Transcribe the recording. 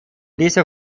dieser